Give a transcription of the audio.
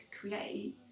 create